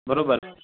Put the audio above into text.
बरोबर